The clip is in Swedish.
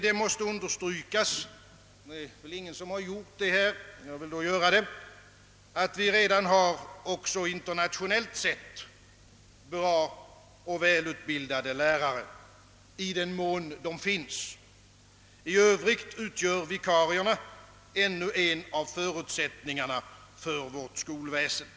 Eftersom ingen tidigare i debatten gjort det, vill jag understryka, att våra lärare även internationellt sett är bra och välutbildade — i den mån de alls finns. I övrigt utgör vikarierna ännu en av förutsättningarna för vårt skolväsende.